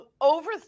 over